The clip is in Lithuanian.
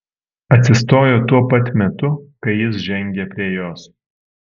atsistojo tuo pat metu kai jis žengė prie jos